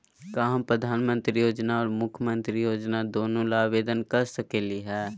का हम प्रधानमंत्री योजना और मुख्यमंत्री योजना दोनों ला आवेदन कर सकली हई?